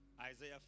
Isaiah